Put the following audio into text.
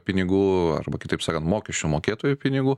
pinigų arba kitaip sakant mokesčių mokėtojų pinigų